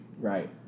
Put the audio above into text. Right